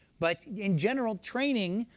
but in general, training,